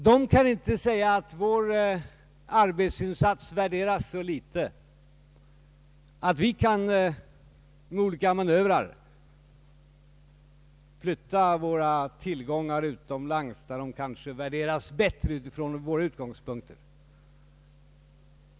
De kan inte säga att vår arbetsinsats värderas så litet att vi med olika manövrer kan flytta våra tillgångar utomlands, där de kanske värderas bättre från våra utgångspunkter.